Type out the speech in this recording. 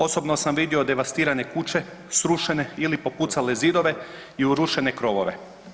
Osobno sam vidio devastirane kuće, srušene ili popucale zidove i urušene krovove.